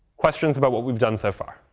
questions about what we've done so far?